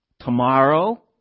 tomorrow